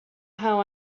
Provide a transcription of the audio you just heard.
how